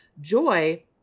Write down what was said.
Joy